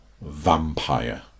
Vampire